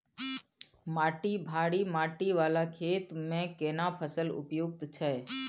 माटी भारी माटी वाला खेत में केना फसल उपयुक्त छैय?